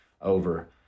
over